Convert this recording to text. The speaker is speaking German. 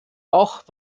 auch